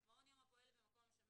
: "מעון יום לפעוטות הפועל במקום המשמש